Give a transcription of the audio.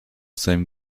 seinem